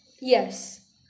yes